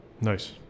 Nice